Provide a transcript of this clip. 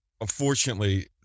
unfortunately